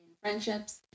friendships